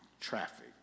Traffic